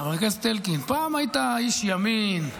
חבר הכנסת אלקין, פעם היית איש ימין,